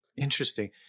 Interesting